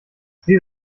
sie